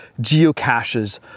geocaches